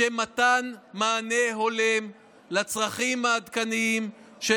לשם מתן מענה הולם לצרכים העדכניים של